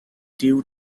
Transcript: due